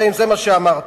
תסלח לי,